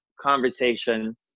conversation